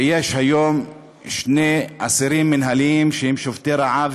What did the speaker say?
שיש היום שני אסירים מינהליים שהם שובתי רעב,